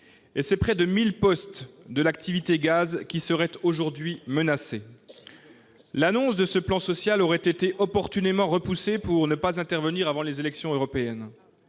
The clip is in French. gaz, près de 1 000 postes seraient aujourd'hui menacés. L'annonce de ce plan social aurait été opportunément repoussée pour ne pas intervenir avant les élections européennes.